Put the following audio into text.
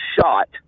shot